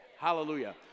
Hallelujah